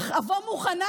אך אבוא מוכנה,